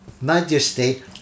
majesty